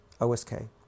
OSK